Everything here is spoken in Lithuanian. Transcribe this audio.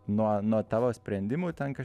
nuo nuo tavo sprendimų ten kaž